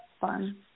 fun